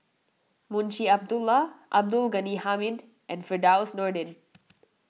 Munshi Abdullah Abdul Ghani Hamid and Firdaus Nordin